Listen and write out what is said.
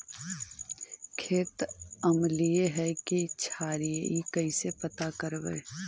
खेत अमलिए है कि क्षारिए इ कैसे पता करबै?